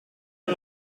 est